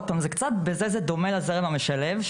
בזה זה דומה לזרם המשלב,